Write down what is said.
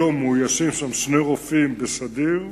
היום מוצבים שם שני רופאים בסדיר,